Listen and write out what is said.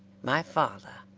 my father,